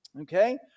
Okay